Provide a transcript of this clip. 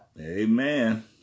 Amen